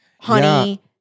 honey